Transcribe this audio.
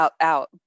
out